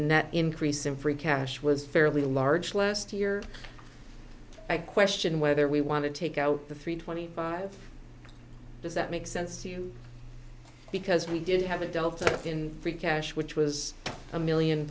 net increase in free cash was fairly large last year i question whether we want to take out the three twenty five does that make sense to you because we didn't have adults in free cash which was a million